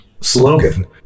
slogan